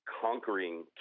conquering